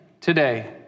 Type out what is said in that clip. today